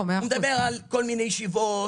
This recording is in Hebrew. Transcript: עלי מדבר על כל מיני ישיבות,